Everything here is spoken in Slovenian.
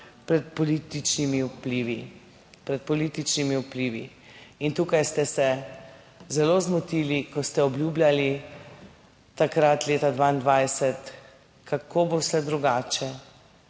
pred političnimi vplivi In tukaj ste se zelo zmotili, ko ste obljubljali takrat leta 2022, kako bo vse drugače,